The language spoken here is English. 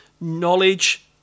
knowledge